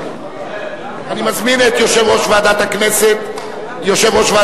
אני מזמין את יושב-ראש ועדת הכנסת על